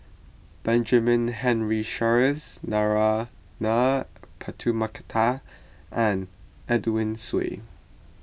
Benjamin Henry Sheares Narana Putumaippittan and Edwin Siew